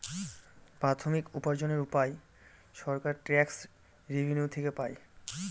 প্রাথমিক উপার্জনের উপায় সরকার ট্যাক্স রেভেনিউ থেকে পাই